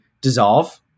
dissolve